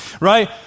right